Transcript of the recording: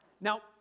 Now